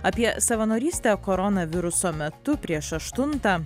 apie savanorystę koronaviruso metu prieš aštuntą